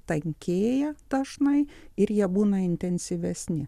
tankėja dažnai ir jie būna intensyvesni